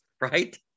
right